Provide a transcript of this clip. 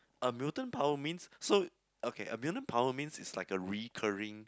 a mutant power means so okay a mutant power means is a recurring